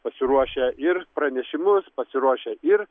pasiruošę ir pranešimus pasiruošę ir